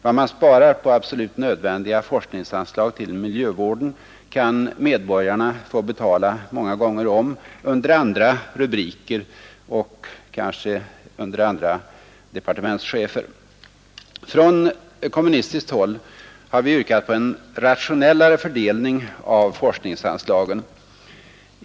Vad man sparar på absolut nödvändiga forskningsanslag till miljövården kan medborgarna få betala många gånger om under andra rubriker och kanske under andra departementschefer. Från kommunistiskt håll har vi yrkat på en rationellare fördelning av forskningsanslagen.